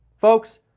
Folks